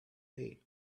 day